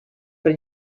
per